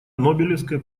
нобелевская